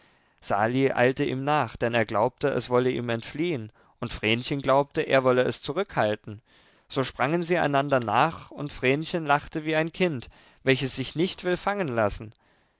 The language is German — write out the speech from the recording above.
sali eilte ihm nach denn er glaubte es wolle ihm entfliehen und vrenchen glaubte er wolle es zurückhalten so sprangen sie einander nach und vrenchen lachte wie ein kind welches sich nicht will fangen lassen